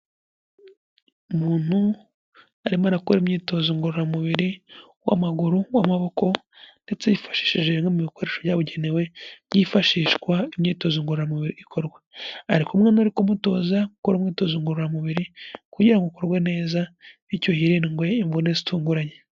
Umuntu arimo arakora imyitozo ngororamubiri uw'amaguru uw'amaboko ndetse yifashishije no mu bikoresho byabugenewe byifashishwa ngo imyitozo ngororamubiri ikorwe, ari kumwe n'abari kumutoza gukora imyitozo ngororamubiri kugira ngo ukorwe neza bityo hirindwe imvune zitunguranye.